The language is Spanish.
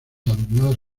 adornadas